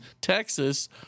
Texas